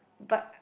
but